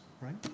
right